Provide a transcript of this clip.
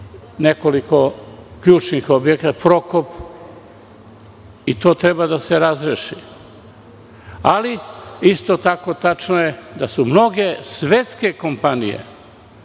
nekoliko ključnih objekata, Prokop i to treba da se razreši. Ali je isto tako tačno da su mnoge svetske kompanije